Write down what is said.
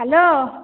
hello